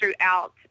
throughout